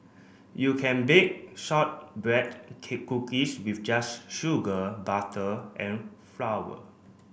you can bake shortbread cookies with just sugar butter and flour